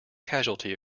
casualty